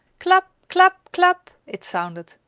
clap, clap, clap, it sounded,